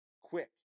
quick